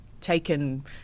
taken